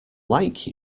like